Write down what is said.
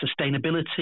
sustainability